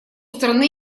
страны